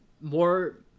more